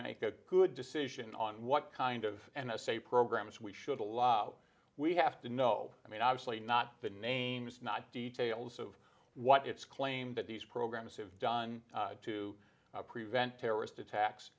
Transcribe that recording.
make a good decision on what kind of an essay programs we should allow we have to know i mean obviously not the names not details of what it's claimed that these programs have done to prevent terrorist attacks